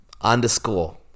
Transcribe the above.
Underscore